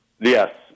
Yes